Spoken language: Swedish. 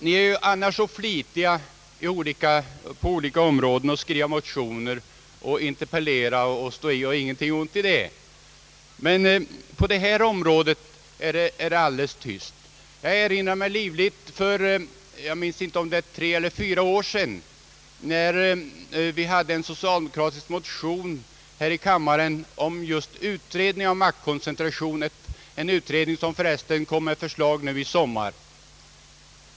Ni är ju an nars så flitiga på olika områden med att skriva motioner och interpellera och stå i — det är ju inte något ont i detta — men på detta område är det alldeles tyst. Jag erinrar mig livligt att det för några år sedan — jag minns inte om det var tre eller fyra år sedan — hade väckts en socialdemokratisk motion här i kammaren i vilken begärdes en utredning om maktkoncentrationen — en utredning som för resten framlägger sitt förslag i sommar.